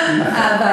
היושב-ראש.